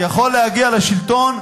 יכול להגיע לשלטון,